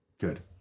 Good